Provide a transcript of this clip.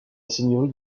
seigneurie